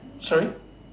sorry